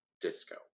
disco